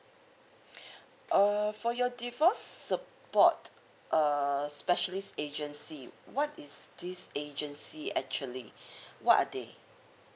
uh for your divorce support err specialist agency what is this agency actually what are they